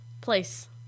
place